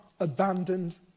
abandoned